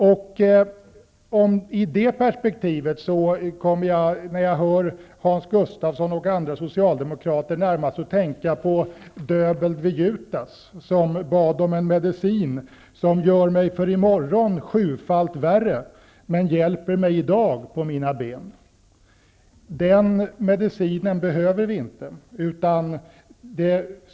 I det här perspektivet, när jag hör Hans Gustafsson och andra Socialdemokrater, kommer jag närmast att tänka på Döbeln vid Jutas som bad om en medicin ''som gör mig för i morgon sjufalt värre, men hjälper mig i dag på mina ben''. Den medicinen behöver vi inte.